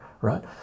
right